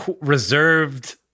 reserved